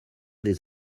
des